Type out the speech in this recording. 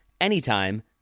anytime